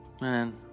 Man